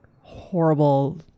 horrible